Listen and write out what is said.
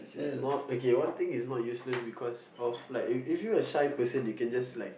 is not okay one thing is not useless because of like if if you're a shy person you can just like